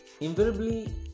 invariably